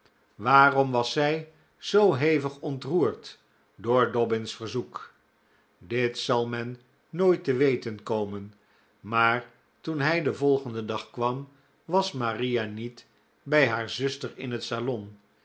waarom was zij zoo hevig ontroerd door dobbin's verzoek dit zal men nooit te weten komen maar toen hij den volgenden dag kwam was maria niet bij haar zuster in het salon